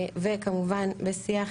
כמובן בשיח